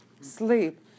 sleep